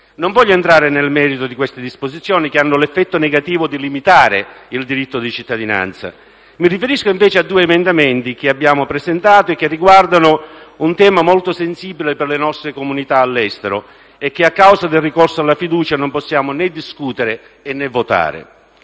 Non voglio entrare nel merito di queste disposizioni che hanno l'effetto negativo di limitare il diritto di cittadinanza. Mi riferisco invece a due emendamenti che abbiamo presentato, che riguardano un tema molto sensibile per le nostre comunità all'estero e che, a causa del ricorso alla fiducia, non possiamo né discutere né votare.